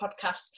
podcast